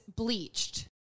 Bleached